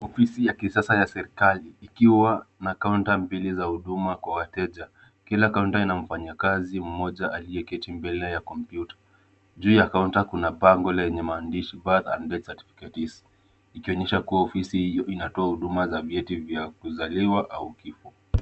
Ofisi ya kisasa ya serikali, ikiwa na kaunta mbili za huduma kwa wateja. Kila kaunta ina mfanyakazi, mmoja aliye keti mbele ya computer . Juu ya kaunta kuna bango lenye maandishi Birth and Death certificates . Ikionyesha kuwa ofisi hiyo inatoa huduma za vyeti vya kukaliwa au kifo.